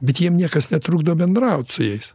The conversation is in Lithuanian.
bet jiem niekas netrukdo bendraut su jais